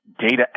data